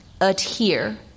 adhere